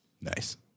Nice